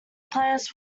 plans